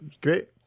great